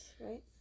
right